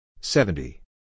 seventy